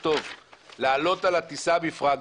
לעלות על הטיסה מפרנקפורט.